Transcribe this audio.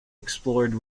explored